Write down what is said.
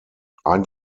ein